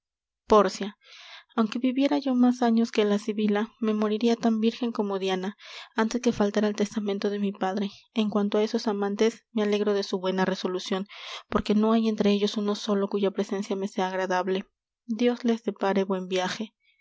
pórcia aunque viviera yo más años que la sibila me moriria tan vírgen como diana antes que faltar al testamento de mi padre en cuanto á esos amantes me alegro de su buena resolucion porque no hay entre ellos uno solo cuya presencia me sea agradable dios les depare buen viaje